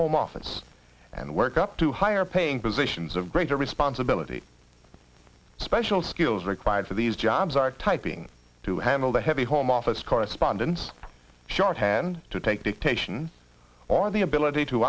home office and work up to higher paying positions of greater responsibility special skills required for these jobs are typing to handle the heavy her office correspondence shorthand to take dictation or the ability to